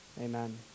Amen